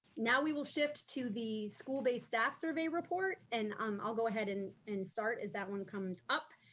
now we will shift to the school-based staff survey report, and um i'll go ahead and and start as that one comes up.